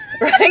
Right